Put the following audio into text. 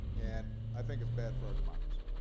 and i think it's bad for our democracy.